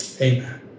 Amen